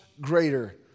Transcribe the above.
greater